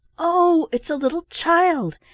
oh, it's a little child!